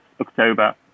October